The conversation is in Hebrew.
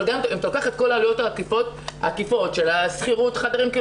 וגם אם אתה לוקח את כל העלויות העקיפות של שכירות החדרים,